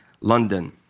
London